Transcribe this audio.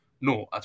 no